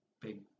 big